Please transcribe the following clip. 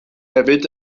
hefyd